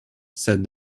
said